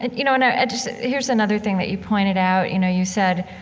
and you know, and i just here's another thing that you pointed out. you know, you said,